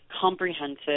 comprehensive